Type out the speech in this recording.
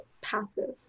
passive